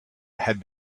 had